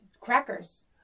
crackers